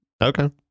Okay